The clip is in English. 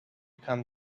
come